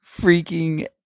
freaking